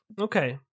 Okay